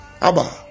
Abba